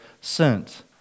sent